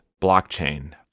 blockchain